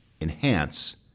enhance